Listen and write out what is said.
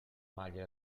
maglia